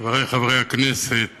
חברי חברי הכנסת,